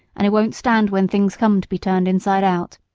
and it won't stand when things come to be turned inside out.